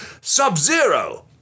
Sub-Zero